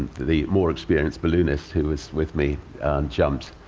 the more experienced balloonist who was with me jumped,